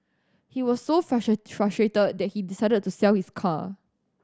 he was so frustrate frustrated that he decided to sell his car